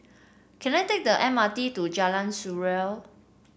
can I take the M R T to Jalan Surau